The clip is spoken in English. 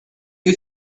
you